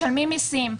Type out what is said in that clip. משלמים מיסים,